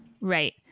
Right